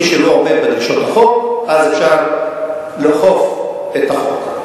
מי שלא עומד בדרישות החוק אז אפשר לאכוף את החוק.